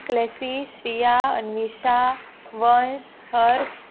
classy Shriya Anvesha Vansh Harsh